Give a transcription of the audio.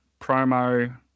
promo